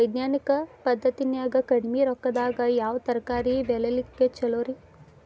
ವೈಜ್ಞಾನಿಕ ಪದ್ಧತಿನ್ಯಾಗ ಕಡಿಮಿ ರೊಕ್ಕದಾಗಾ ಯಾವ ತರಕಾರಿ ಬೆಳಿಲಿಕ್ಕ ಛಲೋರಿ?